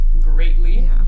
greatly